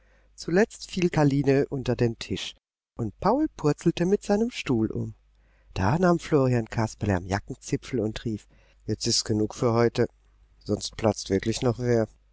zuletzt fiel karline unter den tisch und paul purzelte mit seinem stuhl um da nahm florian kasperle am jackenzipfel und rief jetzt ist's genug für heute sonst platzt wirklich noch wer